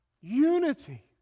unity